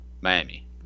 Miami